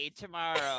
tomorrow